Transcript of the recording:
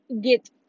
get